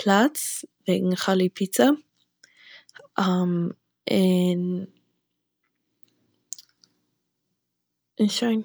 פלאץ וועגן כ'האב ליב פיצא און... און שוין.